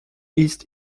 east